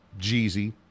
Jeezy